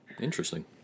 Interesting